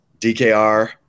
DKR